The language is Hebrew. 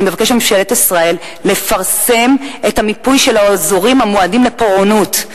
אני מבקשת מממשלת ישראל לפרסם את המיפוי של האזורים המועדים לפורענות,